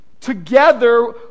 together